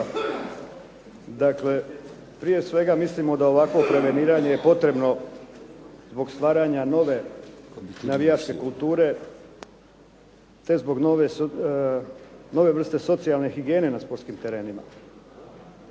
Dakle, prije svega mislimo da ovakvo preveniranje je potrebno zbog stvaranja nove navijačke kulture te zbog nove vrste socijalne higijene na sportskim terenima.